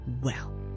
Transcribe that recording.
Well